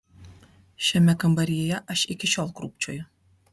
šiame kambaryje aš iki šiol krūpčioju